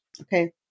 Okay